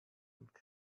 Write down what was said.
und